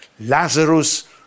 Lazarus